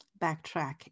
backtrack